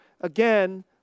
again